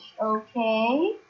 okay